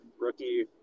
rookie